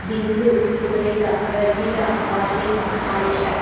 Bindu Subaida Rejila Fathima Ayisha